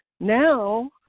Now